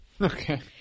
Okay